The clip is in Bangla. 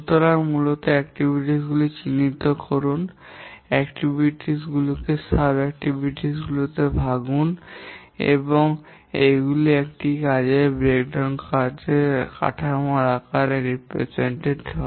সুতরাং মূলত কার্যক্রম গুলি চিহ্নিত করুন কার্যক্রম গুলিকে উপ কার্যক্রম গুলিতে ভাঙ্গুন এবং এগুলি একটি কাজের ব্রেকডাউন কাঠামোর আকারে চিত্রিত হয়